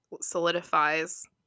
solidifies